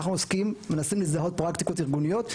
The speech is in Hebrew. אנחנו מנסים לזהות פרקטיקות ארגוניות,